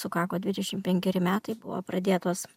sukako dvidešimt penkeri metai buvo pradėtos